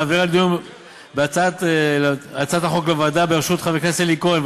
ולהעביר את הדיון בהצעת החוק לוועדה בראשות חבר הכנסת אלי כהן,